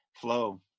flow